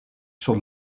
sur